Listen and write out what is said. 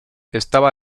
estaba